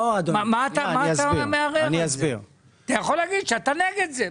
אתה יכול להגיד שאתה נגד זה,